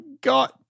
God